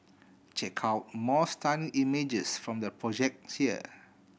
check out more stunning images from the project here